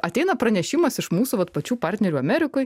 ateina pranešimas iš mūsų vat pačių partnerių amerikoj